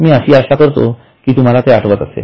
मी अशी आशा करतो कि तुम्हाला ते आठवत असेल